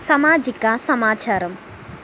సమాజిక సమాచారం